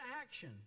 action